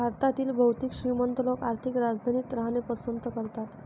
भारतातील बहुतेक श्रीमंत लोक आर्थिक राजधानीत राहणे पसंत करतात